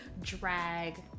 drag